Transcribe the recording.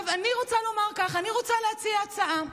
אני רוצה לומר כך, אני רוצה להציע הצעה,